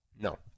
No